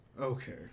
Okay